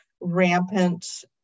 rampant